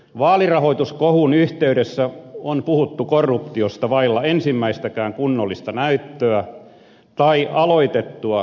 vaalirahoituskohun yh teydessä on puhuttu korruptiosta vailla ensimmäistäkään kunnollista näyttöä tai aloitettua rikostutkimusta